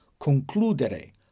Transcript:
concludere